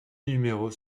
numéros